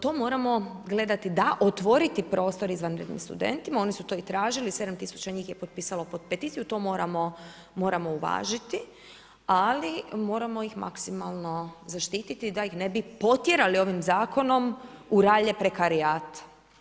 To moramo gledati da otvoriti prostor izvanrednim studentima, oni su to i tražili, 7000 njih je potpisalo peticiju, to moramo uvažiti, ali moramo ih maksimalno zaštiti da ih ne bi potjerali ovim zakonom u ralje prekrajate.